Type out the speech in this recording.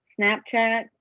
Snapchat